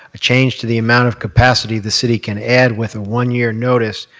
a change to the amount of capacity the city can add with a one year notice,